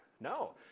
No